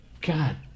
God